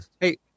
Hey